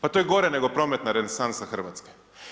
Pa to je gore nego prometna renesansa Hrvatske.